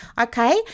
Okay